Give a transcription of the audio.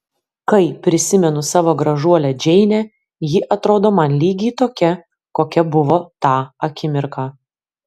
kai prisimenu savo gražuolę džeinę ji atrodo man lygiai tokia kokia buvo tą akimirką